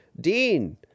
Dean